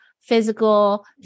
physical